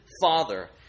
father